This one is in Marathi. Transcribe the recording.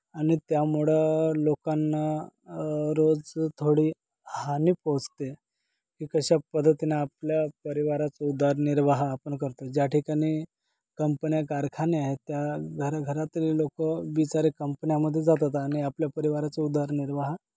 आणि त्यामुळं लोकांना रोज थोडी हानी पोहोचते की कशा पद्धतीने आपल्या परिवाराचं उदरनिर्वाह आपण करतो ज्या ठिकाणी कंपन्या कारखाने आहेत त्या घराघरातील लोकं बिचारे कंपन्यामध्ये जातात आणि आपल्या परिवाराचं उदरनिर्वाह